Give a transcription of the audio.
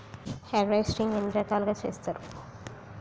Harvesting ఎన్ని రకాలుగా చేస్తరు?